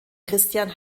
christian